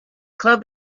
club